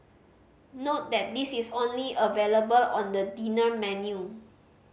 note that this is only available on the dinner menu